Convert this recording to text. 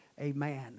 amen